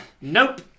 nope